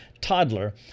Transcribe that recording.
toddler